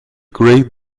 great